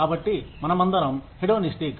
కాబట్టి మనమందరం హేడోనిస్టిక్